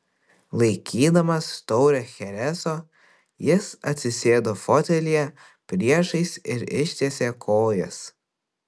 laikydamas taurę chereso jis atsisėdo fotelyje priešais ir ištiesė kojas